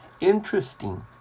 Interesting